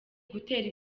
gutera